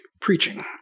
preaching